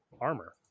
armor